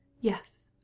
Yes